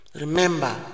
Remember